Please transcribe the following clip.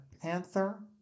panther